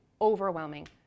overwhelming